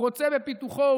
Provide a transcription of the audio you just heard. הוא רוצה בפיתוחו,